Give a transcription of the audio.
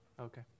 Okay